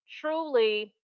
truly